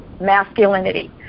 masculinity